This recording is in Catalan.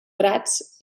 prats